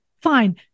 fine